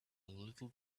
little